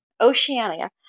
Oceania